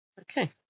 Okay